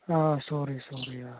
آ سورُے سورُے آ